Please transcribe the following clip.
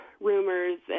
rumors